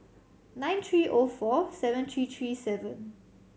nine three O four seven three three seven